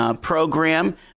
Program